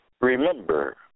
remember